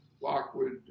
Lockwood